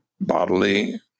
bodily